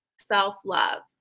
self-love